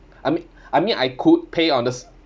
I mean I mean I could pay on the s~